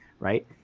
right